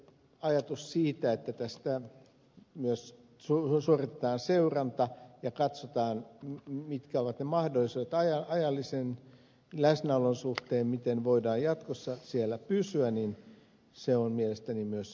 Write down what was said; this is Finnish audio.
ajatus siitä että tässä suoritetaan myös seuranta ja katsotaan mitkä ovat ne mahdollisuudet ajallisen läsnäolon suhteen miten voidaan jatkossa siellä pysyä on mielestäni myös tärkeä